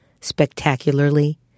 spectacularly